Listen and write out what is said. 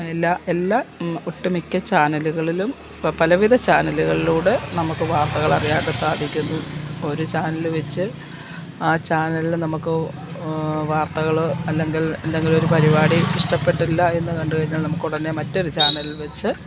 അതിലെ എല്ലാ ഒട്ടുമിക്ക ചാനലുകളിലും ഇപ്പം പലവിധ ചാനലുകളിലൂടെ നമുക്ക് വാർത്തകൾ അറിയാനായിട്ട് സാധിക്കുന്നു ഇപ്പോൾ ഒരു ചാനല് വച്ചു ആ ചാനലിൽ നമുക്ക് വാർത്തകൾ അല്ലെങ്കിൽ എന്തെങ്കിലും ഒരു പരിപാടി ഇഷ്ടപ്പെട്ടില്ല എന്ന് കണ്ട് കഴിഞ്ഞാൽ നമുക്ക് ഉടനെ മറ്റൊരു ചാനൽ വച്ചു